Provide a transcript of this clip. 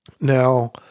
Now